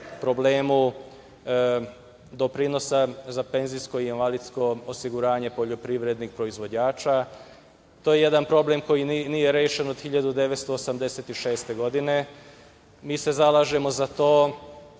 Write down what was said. problemu doprinosa za penzijsko i invalidsko osiguranje poljoprivrednih proizvođača. To je jedan problem koji nije rešen od 1986. godine. Mi se zalažemo za to